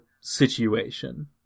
situation